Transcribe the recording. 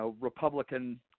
Republican